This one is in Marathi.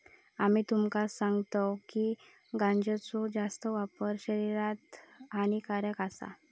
आम्ही तुमका सांगतव की गांजाचो जास्त वापर शरीरासाठी हानिकारक आसा